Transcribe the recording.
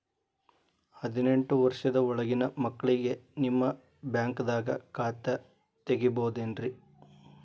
ಹದಿನೆಂಟು ವರ್ಷದ ಒಳಗಿನ ಮಕ್ಳಿಗೆ ನಿಮ್ಮ ಬ್ಯಾಂಕ್ದಾಗ ಖಾತೆ ತೆಗಿಬಹುದೆನ್ರಿ?